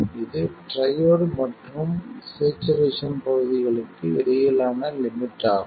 இது ட்ரையோட் மற்றும் ஸ்சேச்சுரேசன் பகுதிகளுக்கு இடையிலான லிமிட் ஆகும்